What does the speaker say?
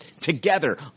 together